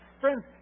friends